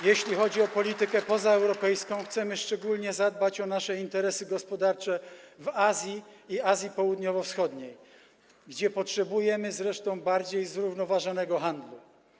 Jeśli chodzi o politykę pozaeuropejską, chcemy szczególnie zadbać o nasze interesy gospodarcze w Azji i Azji Południowo-Wschodniej, gdzie potrzebujemy zresztą bardziej zrównoważonego handlu.